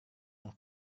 yang